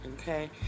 okay